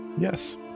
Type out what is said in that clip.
Yes